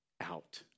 out